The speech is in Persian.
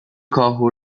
کاهو